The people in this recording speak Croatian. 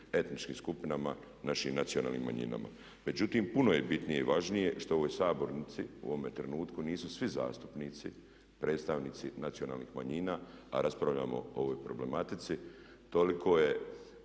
etničkim skupinama našim nacionalnim manjinama. Međutim, puno je bitnije i važnije što u ovoj sabornici u ovome trenutku nisu svi zastupnici predstavnici nacionalnih manjina a raspravljamo o ovoj problematici. Toliko je